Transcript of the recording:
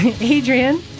Adrian